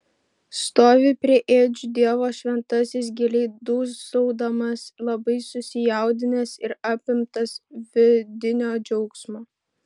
stovi prie ėdžių dievo šventasis giliai dūsaudamas labai susijaudinęs ir apimtas vidinio džiaugsmo